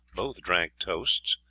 both drank toasts.